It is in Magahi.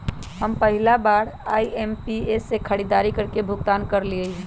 हम पहिला बार आई.एम.पी.एस से खरीदारी करके भुगतान करलिअई ह